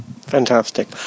Fantastic